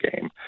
game